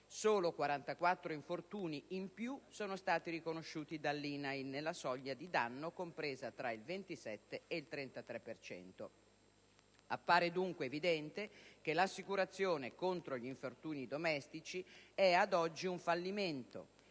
solo 44 infortuni in più sono stati riconosciuti dall'INAIL nella soglia di danno compresa tra il 27 e il 33 per cento. Appare dunque evidente che l'assicurazione contro gli infortuni domestici è, ad oggi, un fallimento